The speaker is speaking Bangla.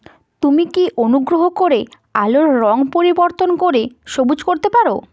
তুমি কি অনুগ্রহ করে আলোর রঙ পরিবর্তন করে সবুজ করতে পারো